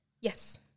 yes